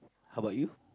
how about you